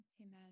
amen